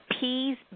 P's